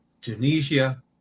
Tunisia